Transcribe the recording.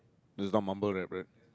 just now mumble right